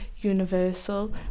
universal